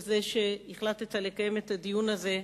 על כך שהחלטת לקיים את הדיון הזה,